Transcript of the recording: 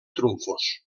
trumfos